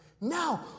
Now